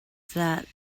that